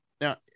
now